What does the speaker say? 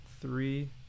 three